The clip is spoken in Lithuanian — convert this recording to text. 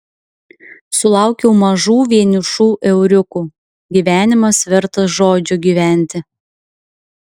sulaukiau mažų vienišų euriukų gyvenimas vertas žodžio gyventi